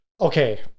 okay